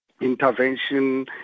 intervention